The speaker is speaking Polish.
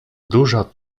duża